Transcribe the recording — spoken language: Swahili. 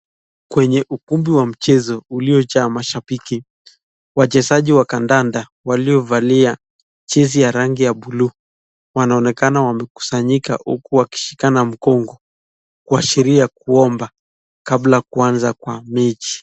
Kwenye ukumbi wa mchezo uliojaa mashabiki, wachezaji wa kandanda waliovalia jezi ya rangi ya buluu wanaonekana wamekusanyika huku wakishikana mgongo kuashiria kuomba kabla kuanza kwa mechi.